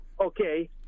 Okay